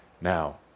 now